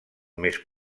més